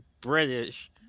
British